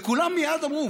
וכולם מייד אמרו,